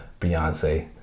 Beyonce